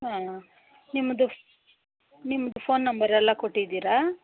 ಹಾಂ ನಿಮ್ಮದು ನಿಮ್ಮ ಫೋನ್ ನಂಬರೆಲ್ಲ ಕೊಟ್ಟಿದ್ದೀರಾ